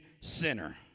sinner